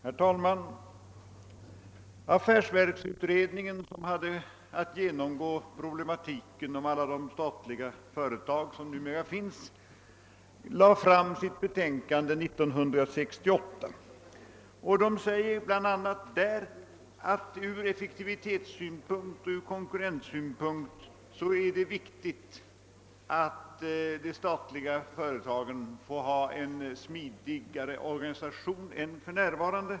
Herr talman! Affärsverksutredningen, som hade att gå igenom de problem som sammanhänger med alla de statliga företag som numera finns, lade fram sitt betänkande år 1968. Utredningen framhöll bl.a. att det ur effektivitetssynpunkt och konkurrenssynpunkt var viktigt att de statliga företagen fick en smidigare organisation än för närvarande.